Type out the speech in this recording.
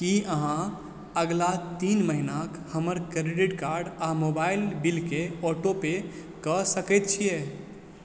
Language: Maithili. की अहाँ अगिला तीन महिनाक हमर क्रेडिट कार्ड आ मोबाइल बिलकेँ ऑटोपे कऽ सकैत छियै